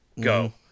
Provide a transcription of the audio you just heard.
Go